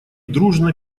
дружно